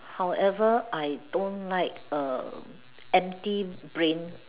however I don't like err empty brain